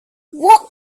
what